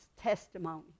testimony